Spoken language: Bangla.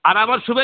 আর আমার শুভে